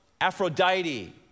Aphrodite